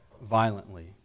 violently